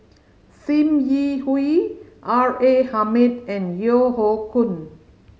Sim Yi Hui R A Hamid and Yeo Hoe Koon